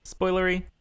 spoilery